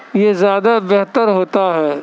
یہ زیادہ بہتر ہوتا ہے